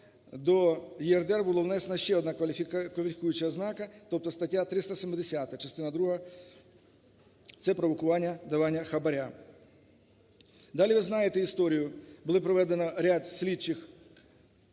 до ЄРДР була внесена ще одна кваліфікуюча ознака, тобто стаття 370 частина друга – це провокування давання хабара. Далі ви знаєте історію: було проведено ряд слідчих